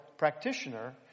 practitioner